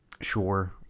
Sure